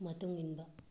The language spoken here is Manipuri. ꯃꯇꯨꯡ ꯏꯟꯕ